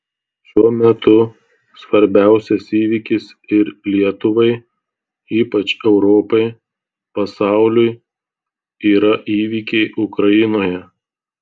šiuo metu svarbiausias įvykis ir lietuvai ypač europai pasauliui yra įvykiai ukrainoje